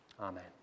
amen